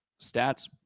Stats